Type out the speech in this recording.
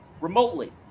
remotely